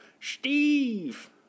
Steve